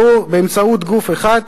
שייקבעו באמצעות גוף אחד,